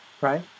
right